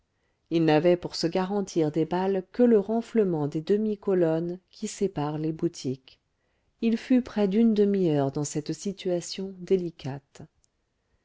il n'avait pour se garantir des balles que le renflement des demi colonnes qui séparent les boutiques il fut près d'une demi-heure dans cette situation délicate